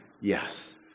Yes